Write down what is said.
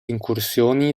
incursioni